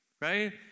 right